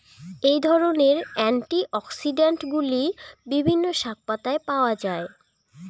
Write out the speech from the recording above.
এই ধরনের অ্যান্টিঅক্সিড্যান্টগুলি বিভিন্ন শাকপাতায় পাওয়া য়ায়